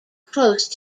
close